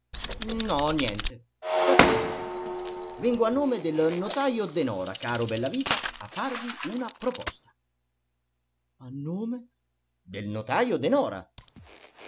no niente state seduto vengo a nome del notajo denora caro bellavita a farvi una proposta a nome del notajo denora